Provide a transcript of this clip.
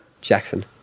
Jackson